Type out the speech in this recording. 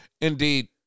Indeed